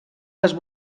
les